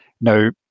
Now